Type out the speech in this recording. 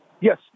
Yes